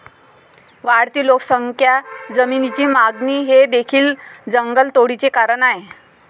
वाढती लोकसंख्या, जमिनीची मागणी हे देखील जंगलतोडीचे कारण आहे